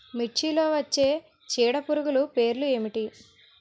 మిర్చిలో వచ్చే చీడపురుగులు పేర్లు ఏమిటి?